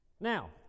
Now